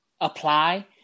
apply